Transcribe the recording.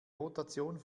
rotation